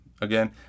Again